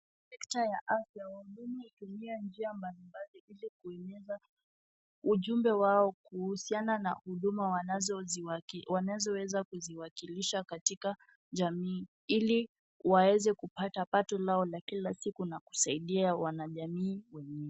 Sekta ya afya wahudumu hutumia njia mbalimbali ili kueneza ujumbe wao kuhusiana na huduma wanazoweza kuziwakilisha katika jamii ili waweze kupata pato lao la kila siku na kusaidia wanajamii wengine.